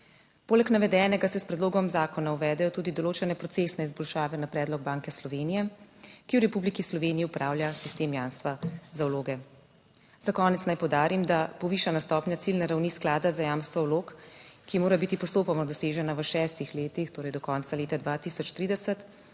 Poleg navedenega se s predlogom zakona uvedejo tudi določene procesne izboljšave na predlog Banke Slovenije, ki v Republiki Sloveniji opravlja sistem jamstva za vloge. Za konec naj poudarim, da povišana stopnja ciljne ravni sklada za jamstvo vlog, ki mora biti postopoma dosežena v šestih letih, torej do konca leta 2030,